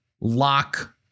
lock